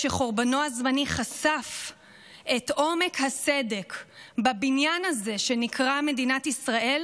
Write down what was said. שחורבנו הזמני חשף את עומק הסדק בבניין הזה שנקרא מדינת ישראל,